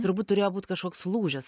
turbūt turėjo būt kažkoks lūžis